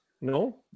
No